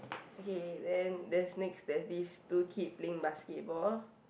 okay then there's next there's these two kid playing basketball